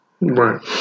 Right